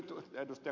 toisekseen ed